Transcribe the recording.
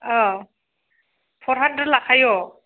अ फर हानद्रेद लाखायो